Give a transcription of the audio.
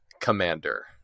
commander